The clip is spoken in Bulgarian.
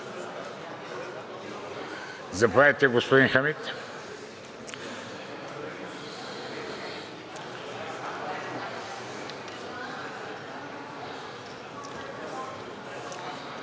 Заповядайте, господин Хамид.